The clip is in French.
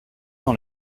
dans